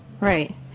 Right